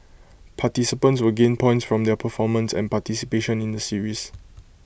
participants will gain points from their performance and participation in the series